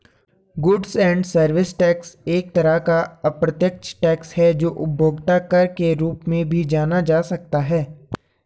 goods and service tax एक तरह का अप्रत्यक्ष टैक्स है जो उपभोक्ता कर के रूप में भी जाना जा सकता है